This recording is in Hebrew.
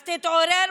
אז תתעורר,